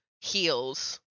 heels